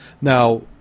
now